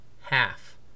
half